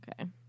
Okay